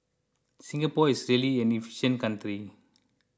Singapore is really an efficient country